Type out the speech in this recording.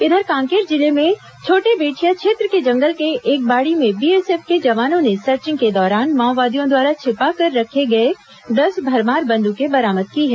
इधर कांकेर जिले में छोटेबेठिया क्षेत्र के जंगल के एक बाड़ी में बीएसएफ के जवानों ने सर्चिंग के दौरान माओवादियों द्वारा छिपाकर रखे गए दस भरमार बंद्रकें बरामद की हैं